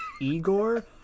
Igor